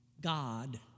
God